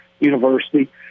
University